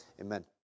Amen